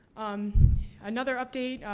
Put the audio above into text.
um another update,